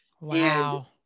Wow